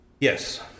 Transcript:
Yes